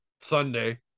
sunday